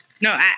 No